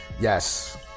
Yes